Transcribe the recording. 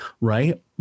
Right